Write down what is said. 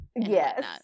Yes